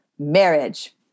marriage